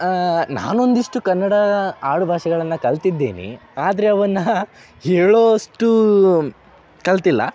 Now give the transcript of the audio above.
ನಾನು ಒಂದಿಷ್ಟು ಕನ್ನಡ ಆಡುಭಾಷೆಗಳನ್ನು ಕಲಿತಿದ್ದೇನೆ ಆದರೆ ಅವನ್ನು ಹೇಳೋ ಅಷ್ಟೂ ಕಲಿತಿಲ್ಲ